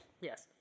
Yes